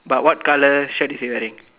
but what colour shirt is he wearing